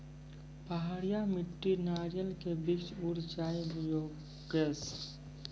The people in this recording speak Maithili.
पहाड़िया मिट्टी नारियल के वृक्ष उड़ जाय योगेश?